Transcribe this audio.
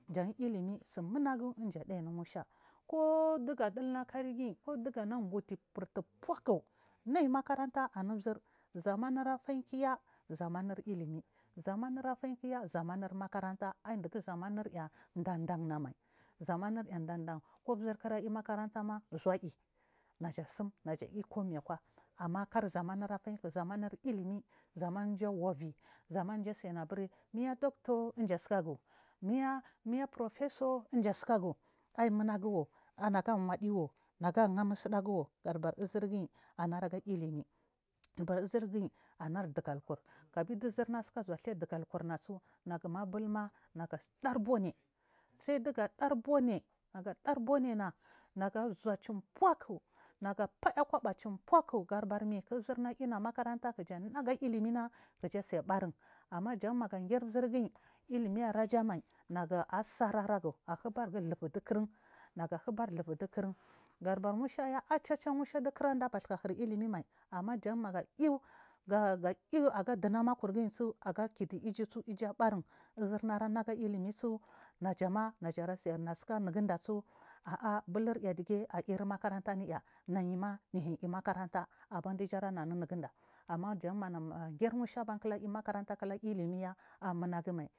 Jan illmi sumana gu dumji aday anu nusha kudugu adulna kaiy guy kuchi gang ngudiburtu poku naiy makaranta anu uzur zamanr afay kuya zamana ilimi zamanur afaykuyi zamanur makaranta aiy ndugu zamanar ya ndandai na mai ku du uzur ku la yu makaranta ma zuwa ayi najiya sum najia alu kumi akuwa kar zamanr afal ku zamar ilimi zamaru wavi mji asanu aburi muya dortor dum jir asuka gu muya muya porofiy so dumji asakagu aiy muna guwu naga wadi wu naga nwa musu da guwu gadu bar uzurguy araga ilimi uzaguiy anadugal kur kabi du uza suy sukana dugal kurna chu nagu adar boniy saidugu adar bony maga dary bony na naga zuwa cham, porku na gua paya koba chum porku gadu barmi ku uzurna aiya na makaranta kuja ana aga ilimi na kuja asy barun ilimi aiy arajama nagu asar aragu nagu ahubar lhuvu du kurun gadu bar nu shaya aiy chacha nusha du kuranda abathka hur ilimi mai ama jan maga luw ga luw agaduna makurguy ga kidu iju chug u iju abaran ma uzuma arana ga ilimi chu najiya ara sana anu unguddach abur bulurya jan airy makaranta anwya niy ma gunay aiy makwanta aban dujara nuanu unugund ma manamu an giri nwsha kura liry makaranta kura ilimiya aiy munagumai.